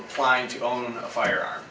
applying to own a fire